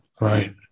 right